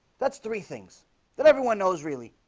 that's three things that everyone knows really?